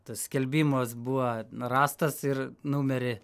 tas skelbimas buvo rastas ir numerį